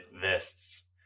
vests